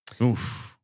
Oof